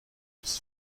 bis